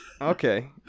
Okay